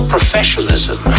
professionalism